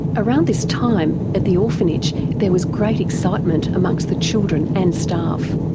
around this time, at the orphanage there was great excitement amongst the children and staff,